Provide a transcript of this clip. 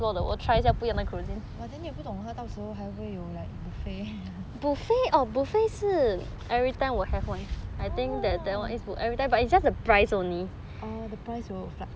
but then 也不懂到时候还会有 like buffet orh orh the price will fluctuate